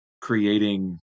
creating